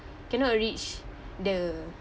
cannot reach the